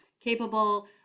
capable